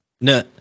No